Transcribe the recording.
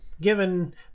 given